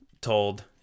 told